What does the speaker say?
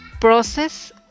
process